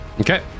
Okay